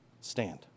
Stand